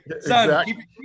son